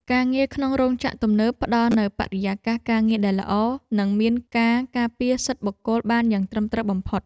ការងារក្នុងរោងចក្រទំនើបផ្តល់នូវបរិយាកាសការងារដែលល្អ និងមានការការពារសិទ្ធិបុគ្គលិកបានយ៉ាងត្រឹមត្រូវបំផុត។